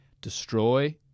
destroy